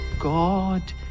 God